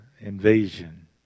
invasion